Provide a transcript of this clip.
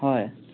হয়